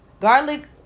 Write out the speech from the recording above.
garlic